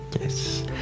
Yes